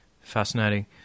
Fascinating